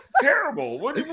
Terrible